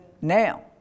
Now